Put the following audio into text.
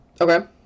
Okay